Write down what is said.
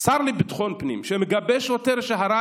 שר לביטחון פנים שמגבה שוטר שהרג